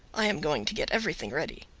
i am going to get everything ready.